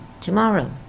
tomorrow